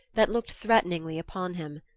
that looked threateningly upon him.